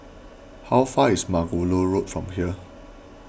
how far is Margoliouth Road from here